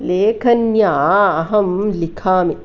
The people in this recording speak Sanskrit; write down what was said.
लेखन्या अहं लिखामि